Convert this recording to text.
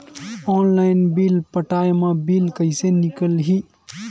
Online bill पटाय मा bill कइसे निकलही?